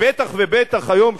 ובטח ובטח היום,